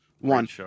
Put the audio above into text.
One